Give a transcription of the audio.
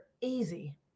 easy